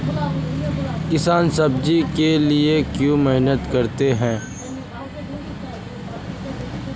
किसान सब्जी के लिए क्यों मेहनत करता है?